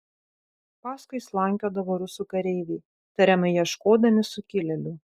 paskui slankiodavo rusų kareiviai tariamai ieškodami sukilėlių